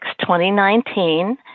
2019